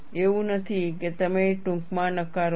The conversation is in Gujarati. એવું નથી કે તમે ટૂંકમાં નકારો છો